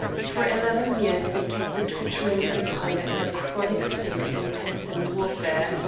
for eleven years they kept the tottering empire in a chronic state of intestine warfare,